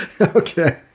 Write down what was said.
Okay